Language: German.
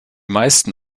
meisten